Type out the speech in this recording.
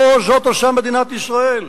לא זאת עושה מדינת ישראל.